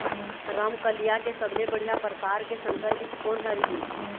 रमकलिया के सबले बढ़िया परकार के संकर बीज कोन हर ये?